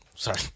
Sorry